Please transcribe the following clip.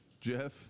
jeff